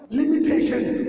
limitations